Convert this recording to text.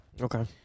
Okay